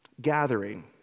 gathering